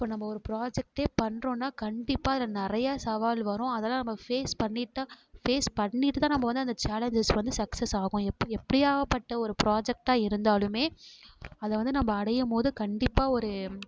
இப்போ நம்ம ஒரு ப்ராஜக்ட்டை பண்றோம்னா கண்டிப்பாக அதில் நிறையா சவால் வரும் அதெல்லாம் நம்ம ஃபேஸ் பண்ணி தான் ஃபேஸ் பண்ணிவிட்டு தான் நம்ம வந்து அந்த சேலஞ்சஸ் வந்து சக்ஸஸ் ஆகும் எப்படி எப்டியாகப்பட்ட ஒரு ப்ராஜெக்டாக இருந்தாலும் அதை வந்து நம்ம அடையும்போது கண்டிப்பாக ஒரு